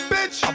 Bitch